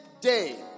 day